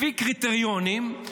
לפי קריטריונים,